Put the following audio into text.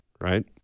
right